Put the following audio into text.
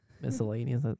miscellaneous